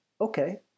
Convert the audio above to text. okay